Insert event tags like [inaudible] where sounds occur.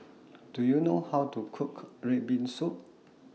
[noise] Do YOU know How to Cook Red Bean Soup